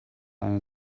eine